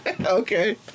Okay